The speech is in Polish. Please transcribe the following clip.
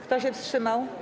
Kto się wstrzymał?